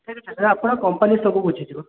ସେଥିରେ ଆପଣଙ୍କ କମ୍ପାନୀ ସବୁ ବୁଝିଯିବ